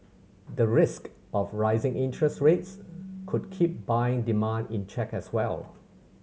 the risk of rising interest rates could keep buying demand in check as well